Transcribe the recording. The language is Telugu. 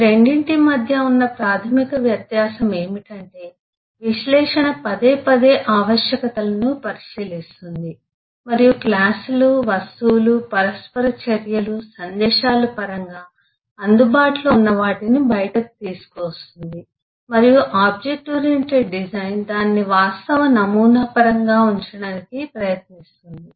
ఈ రెండింటి మధ్య ఉన్న ప్రాథమిక వ్యత్యాసం ఏమిటంటే విశ్లేషణ పదేపదే ఆవశ్యకతలను పరిశీలిస్తుంది మరియు క్లాసులు వస్తువులు పరస్పర చర్యలు సందేశాలు పరంగా అందుబాటులో ఉన్న వాటిని బయటకు తీసుకువస్తుంది మరియు ఆబ్జెక్ట్ ఓరియెంటెడ్ డిజైన్ దానిని వాస్తవ నమూనా పరంగా ఉంచడానికి ప్రయత్నిస్తుంది